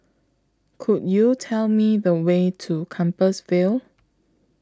Could YOU Tell Me The Way to Compassvale